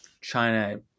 China